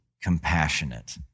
compassionate